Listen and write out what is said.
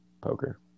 poker